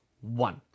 one